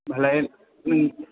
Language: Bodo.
होम्बालाय नों